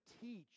teach